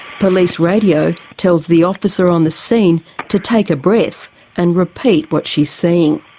police radio tells the officer on the scene to take a breath and repeat what she's seeing.